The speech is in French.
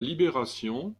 libération